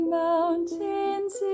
mountains